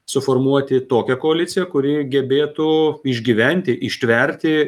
suformuoti tokią koaliciją kuri gebėtų išgyventi ištverti